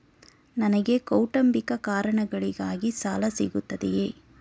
ನನಗೆ ಕೌಟುಂಬಿಕ ಕಾರಣಗಳಿಗಾಗಿ ಸಾಲ ಸಿಗುತ್ತದೆಯೇ?